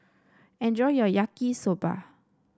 enjoy your Yaki Soba